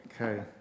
Okay